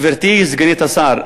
גברתי סגנית השר,